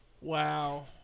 Wow